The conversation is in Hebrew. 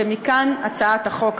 ומכאן הצעת החוק הזאת.